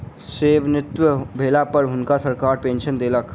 सेवानिवृत भेला पर हुनका सरकार पेंशन देलकैन